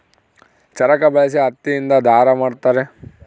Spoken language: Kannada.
ಚರಕ ಬಳಸಿ ಹತ್ತಿ ಇಂದ ದಾರ ಮಾಡುತ್ತಾರೆ